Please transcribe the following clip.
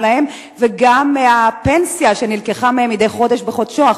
להן וגם מהפנסיה שנלקחה מהן מדי חודש בחודשו,